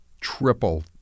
Triple